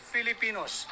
Filipinos